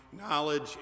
knowledge